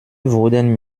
wurden